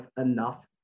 enough